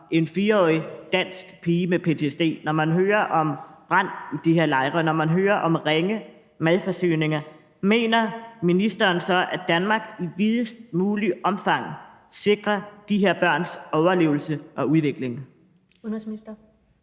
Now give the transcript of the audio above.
en 4-årig dansk pige med ptsd; når man hører om brand i de her lejre; når man hører om ringe madforsyninger, mener ministeren så, at Danmark i videst muligt omfang sikrer de her børns overlevelse og udvikling? Kl. 13:30 Første